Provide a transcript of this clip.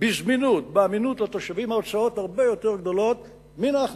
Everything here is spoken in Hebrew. בזמינות ובאמינות הרבה יותר גדולות מההכנסות.